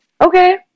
okay